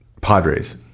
Padres